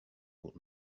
old